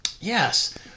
Yes